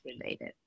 related